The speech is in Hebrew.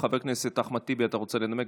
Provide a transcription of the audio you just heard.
חבר הכנסת אחמד טיבי, אתה רוצה לנמק.